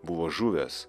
buvo žuvęs